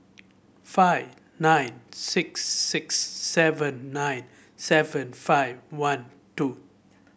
five nine six six seven nine seven five one two